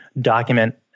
document